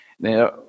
Now